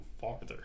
farther